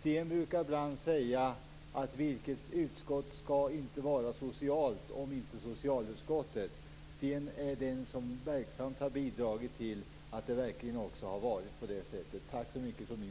Sten brukar ibland säga: Vilket utskott skall vara socialt, om inte socialutskottet? Sten är den som verksamt har bidragit till att det verkligen också har varit på det sättet. Tack så mycket från mig!